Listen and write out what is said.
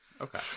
Okay